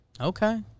Okay